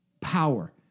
power